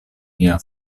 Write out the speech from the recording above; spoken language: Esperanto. mia